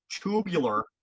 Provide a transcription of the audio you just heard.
tubular